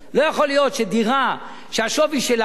לא יכול להיות שדירה שהשווי שלה הוא